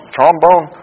Trombone